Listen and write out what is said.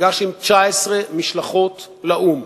נפגש עם 19 משלחות לאו"ם.